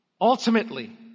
ultimately